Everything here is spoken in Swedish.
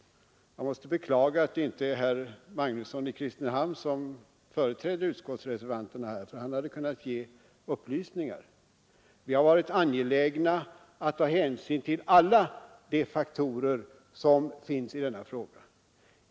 Jag måste beklaga att det inte är utskottsledamoten herr Magnusson i Kristinehamn som företräder vpk här, för han hade kunnat ge upplysningar. Vi har varit angelägna inom utskottet att ta hänsyn till alla de faktorer som finns i denna fråga.